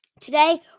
Today